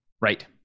Right